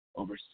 over